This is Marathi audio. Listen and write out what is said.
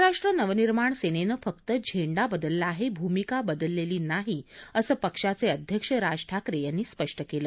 महाराष्ट्र नवनिर्माण सेनेनं फक्त झेंडा बदलला आहे भूमिका बदलेली नाही असं पक्षाचे अध्यक्ष राज ठाकरे यांनी स्पष्ट केलं